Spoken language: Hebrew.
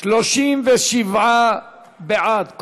37 בעד,